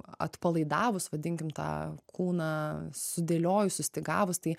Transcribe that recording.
atpalaidavus vadinkim tą kūną sudėliojus sustygavus tai